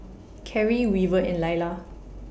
Keri Weaver and Lailah